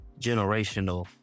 generational